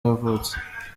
yavutse